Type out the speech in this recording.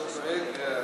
שלוש דקות לרשותך.